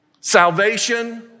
salvation